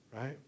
right